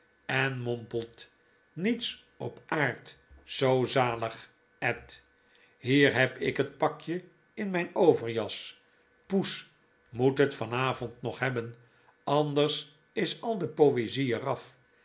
en mompeit mets op aard zoo zalig ed hier heb ik het pakje inmpoverjas poes moet het van avond nog hebben anders is al de poezie er af